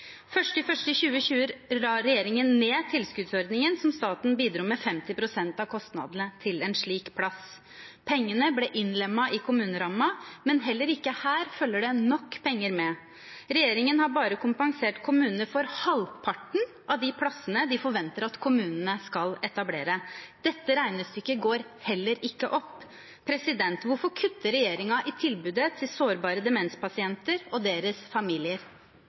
2020 la regjeringen ned tilskuddsordningen der staten bidro med 50 pst. av kostnadene til en slik plass. Pengene ble innlemmet i kommunerammen, men heller ikke her følger det nok penger med. Regjeringen har bare kompensert kommunene for halvparten av plassene de forventer at kommunene skal etablere. Dette regnestykket går heller ikke opp. Hvorfor kutter regjeringen i tilbudet til sårbare demenspasienter og deres familier?